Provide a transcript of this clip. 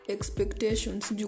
Expectations